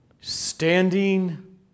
standing